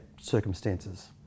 circumstances